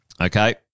okay